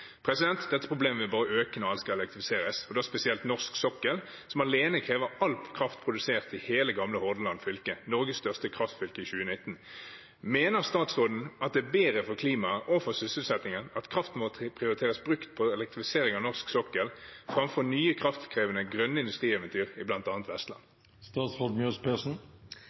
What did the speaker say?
Dette problemet vil bare øke når alt skal elektrifiseres, og da spesielt norsk sokkel, som alene krever all kraft produsert i hele gamle Hordaland fylke, Norges største kraftfylke i 2019. Mener statsråden det er bedre for klimaet og for sysselsettingen at kraften må prioriteres brukt på elektrifisering av norsk sokkel framfor nye kraftkrevende, grønne industrieventyr, bl.a. i